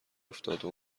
افتاده